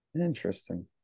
Interesting